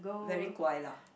very 乖: guai lah